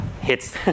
hits